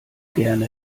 gerne